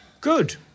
Good